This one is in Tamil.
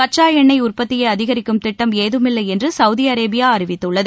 கச்சா எண்ணெய் உற்பத்தியை அதிகரிக்கும் திட்டம் ஏதுமில்லை என்று சவுதி அரேபியா அறிவித்துள்ளது